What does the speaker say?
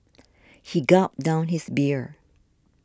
he gulped down his beer